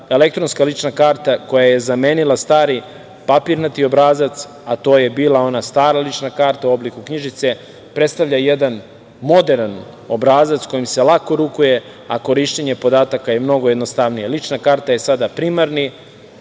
elektronska lična karta, koja je zamenila stari papirnati obrazac, a to je bila stara lična karta u obliku knjižice, predstavlja jedan moderan obrazac kojim se lako rukuje, a korišćenje podataka je mnogo jednostavnije. Lična karta je sada primarni,